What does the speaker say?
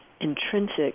intrinsic